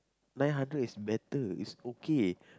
nine hundred better is okay